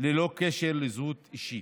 ללא קשר לזהות אישית.